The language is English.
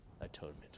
atonement